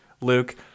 Luke